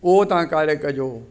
उहो तव्हां कार्य कजो